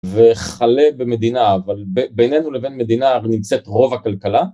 וכלה במדינה, אבל בינינו לבין מדינה נמצאת רוב הכלכלה.